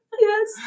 yes